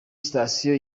sitasiyo